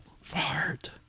Fart